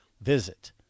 visit